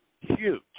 huge